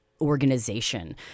organization